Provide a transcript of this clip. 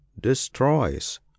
destroys